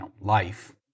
life